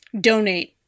donate